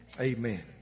amen